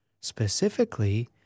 Specifically